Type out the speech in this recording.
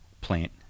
plant